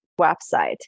website